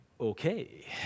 okay